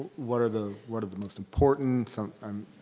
what are the, what are the most important um